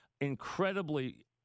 incredibly